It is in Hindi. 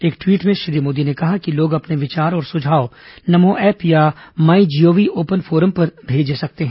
एक ट्वीट में श्री मोदी ने कहा कि लोग अपने विचार और सुझाव नमो ऐप या माई जीओवी ओपन फोरम पर भेज सकते हैं